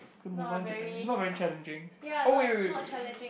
can move on to the next not very challenging oh wait wait wait wait wait